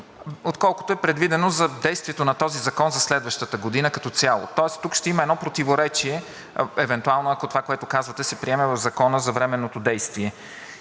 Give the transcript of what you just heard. отколкото е предвидено за действието на този закон за следващата година като цяло, тоест тук ще има едно противоречие евентуално, ако това, което казвате, се приеме в Закона за временното действие.